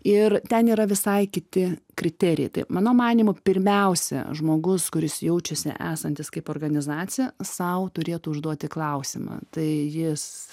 ir ten yra visai kiti kriterijai tai mano manymu pirmiausia žmogus kuris jaučiasi esantis kaip organizacija sau turėtų užduoti klausimą tai jis